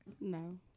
No